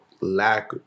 lack